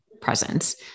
presence